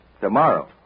Tomorrow